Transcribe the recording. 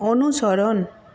অনুসরণ